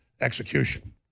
execution